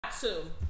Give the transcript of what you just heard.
two